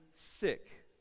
sick